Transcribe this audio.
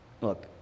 Look